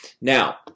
Now